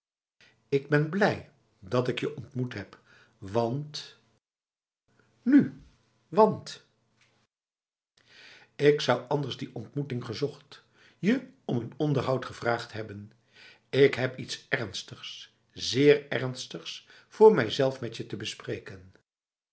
ik ben blij dat ik je ontmoet heb want nu want ik zou anders die ontmoeting gezocht je om een onderhoud gevraagd hebben k heb iets ernstigs zeer ernstigs voor mijzelf met je te bespreken